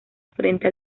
frente